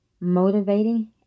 motivating